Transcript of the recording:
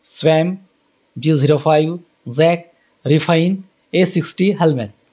swam G zero five zack refine A sixty हेलमे